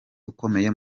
ukomeye